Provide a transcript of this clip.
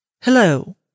Hello